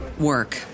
work